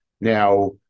now